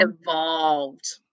evolved